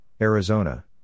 Arizona